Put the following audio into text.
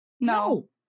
no